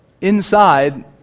Inside